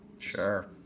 Sure